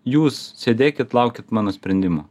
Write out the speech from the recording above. jūs sėdėkit laukit mano sprendimo